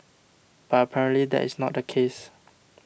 but apparently that is not the case